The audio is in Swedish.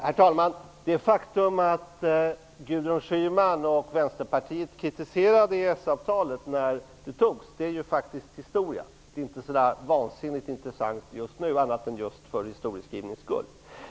Herr talman! Det faktum att Gudrun Schyman och Vänsterpartiet kritiserade EES-avtalet när beslutet om det fattades är historia. Det är inte så värst intressant just nu, än för historieskrivningens skull.